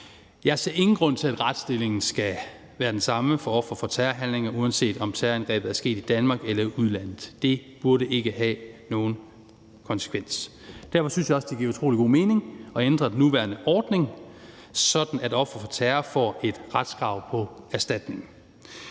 Jeg ser ingen grund til, at retsstillingen skal være den samme for ofre for terrorhandlinger, uanset om terrorangrebet er sket i Danmark eller i udlandet. Det burde ikke have nogen konsekvens. Derfor synes jeg også, at det giver utrolig god mening at ændre den nuværende ordning, sådan at ofre for terror får et retskrav på erstatning.